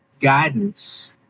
guidance